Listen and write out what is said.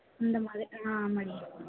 இந்த மாதிரி ஆ ஆமாடி